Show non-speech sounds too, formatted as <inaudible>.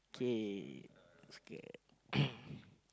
okay it's okay <coughs>